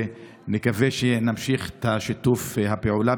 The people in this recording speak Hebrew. ונקווה שנמשיך את שיתוף הפעולה,